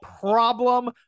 problem